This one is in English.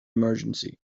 emergency